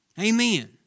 Amen